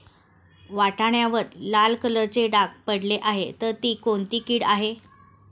वाटाण्यावर लाल कलरचे डाग पडले आहे तर ती कोणती कीड आहे?